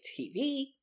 TV